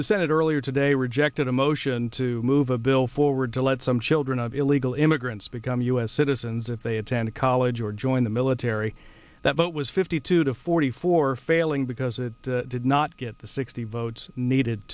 the senate earlier today were ject in a motion to move a bill forward to let some children of illegal immigrants become u s citizens if they attend college or join the military that vote was fifty two to forty four failing because it did not get the sixty votes needed